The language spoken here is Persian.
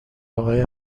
آقای